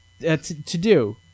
To-do